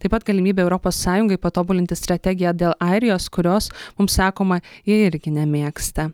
taip pat galimybė europos sąjungai patobulinti strategiją dėl airijos kurios mums sakoma ji irgi nemėgsta